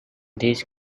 these